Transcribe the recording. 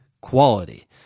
quality